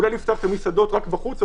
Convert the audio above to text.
אולי נפתח את המסעדות רק בחוץ,